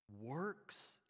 works